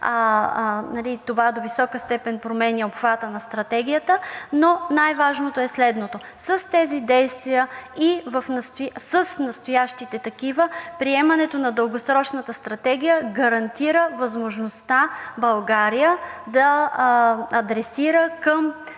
това до висока степен променя обхвата на Стратегията. Но най-важното е следното: с тези действия и с настоящите такива приемането на Дългосрочната стратегия гарантира възможността България да адресира към